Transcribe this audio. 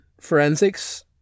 forensics